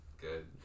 Good